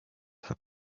have